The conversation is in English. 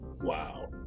Wow